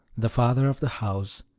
the father of the house,